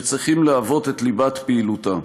שצריכים להוות את ליבת פעילותה: